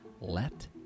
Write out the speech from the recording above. let